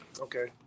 Okay